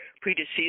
predeceased